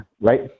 right